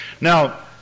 Now